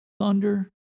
thunder